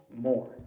more